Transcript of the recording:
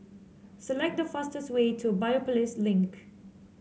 select the fastest way to Biopolis Link